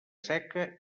seca